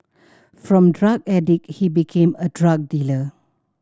from drug addict he became a drug dealer